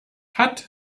hat